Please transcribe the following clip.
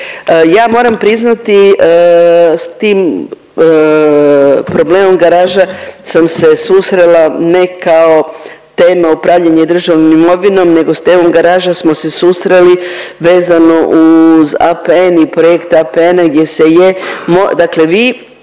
ja moram priznati s tim problemom garaža sam se susrela ne kao tema upravljanje državnom imovinom nego s temom garaža smo se susreli vezano uz APN i projekt APN-a gdje se je,